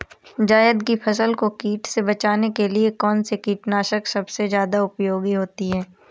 जायद की फसल को कीट से बचाने के लिए कौन से कीटनाशक सबसे ज्यादा उपयोगी होती है?